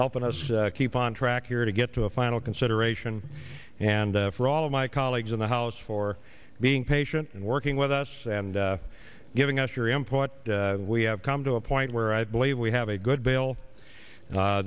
helping us keep on track here to get to a final consideration and for all of my colleagues in the house for being patient and working with us and giving us your input we have come to a point where i believe we have a good bill